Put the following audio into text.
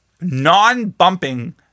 non-bumping